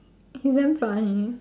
he's damn funny